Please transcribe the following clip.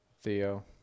Theo